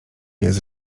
jest